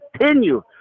continue